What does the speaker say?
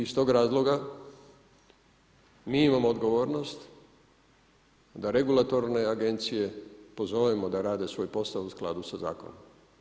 I iz tog razloga mi imamo odgovornost da regulatorne agencije pozovemo da rade svoj posao u skladu sa zakonom.